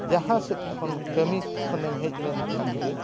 ᱡᱟᱦᱟᱸ ᱥᱮᱫ ᱠᱷᱚᱱ ᱠᱟᱹᱢᱤ ᱠᱷᱚᱱᱮᱢ ᱦᱮᱡ ᱞᱮᱱ ᱠᱷᱟᱱ ᱜᱮ